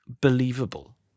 believable